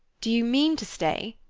do you mean to stay?